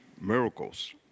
miracles